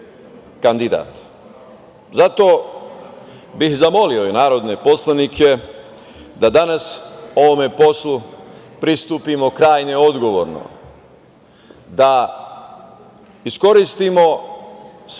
kandidat. Zato bih zamolio i narodne poslanike da danas ovome poslu pristupimo krajnje odgovorno, da iskoristimo svaku